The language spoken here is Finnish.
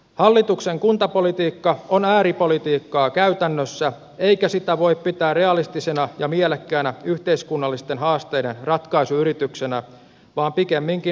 hallituksen kuntapolitiikka on ääripolitiikkaa käytännössä eikä sitä voi pitää realistisena ja mielekkäänä yhteiskunnallisten haasteiden ratkaisuyrityksenä vaan pikemminkin uhkavaatimuksena